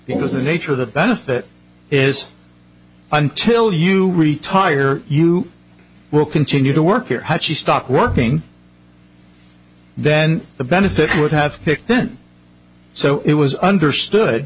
because the nature of the benefit is until you retire you will continue to work at hutchie stock working then the benefit would have picked then so it was understood